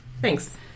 Thanks